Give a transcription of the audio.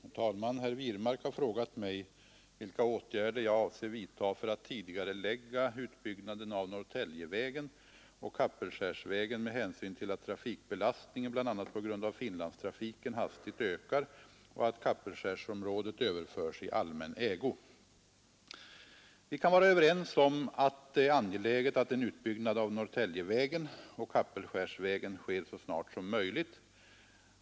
Herr talman! Herr Wirmark har frågat mig vilka åtgärder jag avser vidta för att tidigarelägga utbyggnaden av Norrtäljevägen och Kapellskärsvägen med hänsyn till att trafikbelastningen, bl.a. på grund av Finlandstrafiken, hastigt ökar och att Kapellskärsområdet överförs i allmän ägo. Vi kan vara överens om att det är ang äget att en utbyggnad av Norrtäljevägen och Kapellskärsvägen sker så snart som möjligt.